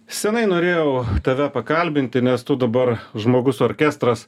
senai norėjau tave pakalbinti nes tu dabar žmogus orkestras